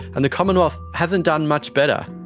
and the commonwealth hasn't done much better.